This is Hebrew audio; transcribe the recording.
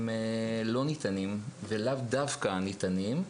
ולאו דווקא ניתנים,